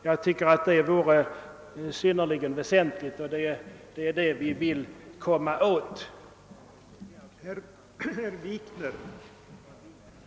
Jag anser att det vore synnerligen väsentligt med ett sådant system på detta område, och det är det vi vill komma fram till.